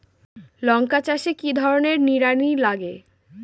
লঙ্কা চাষে কি ধরনের নিড়ানি লাগে?